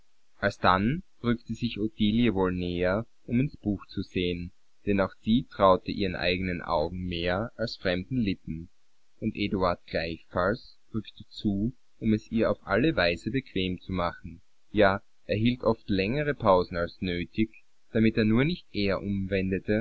alsdann rückte sich ottilie wohl näher um ins buch zu sehen denn auch sie traute ihren eigenen augen mehr als fremden lippen und eduard gleichfalls rückte zu um es ihr auf alle weise bequem zu machen ja er hielt oft längere pausen als nötig damit er nur nicht eher umwendete